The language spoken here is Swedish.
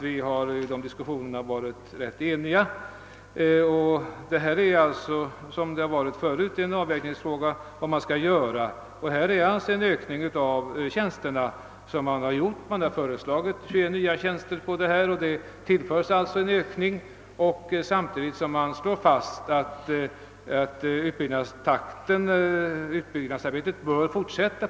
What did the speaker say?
Vi har varit rätt eniga i utskottet: nu liksom tidigare får en avvägning göras. Vi har kommit fram till att det behövs en ökning av tjänsterna — 21 nya sådana föreslås ju inrättade — och samtidigt slår vi fast att utbyggnadsarbetet bör fortsätta.